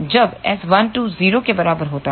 जब S12 0 के बराबर होता है